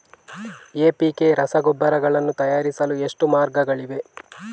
NPK ರಸಗೊಬ್ಬರಗಳನ್ನು ತಯಾರಿಸಲು ಎಷ್ಟು ಮಾರ್ಗಗಳಿವೆ?